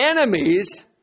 enemies